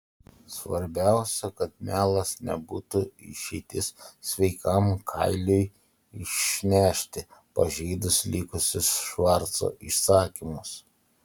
svarbiausia kad melas nebūtų išeitis sveikam kailiui išnešti pažeidus likusius švarco įsakymus